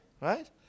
Right